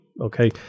Okay